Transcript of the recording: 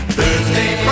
Thursday